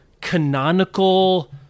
canonical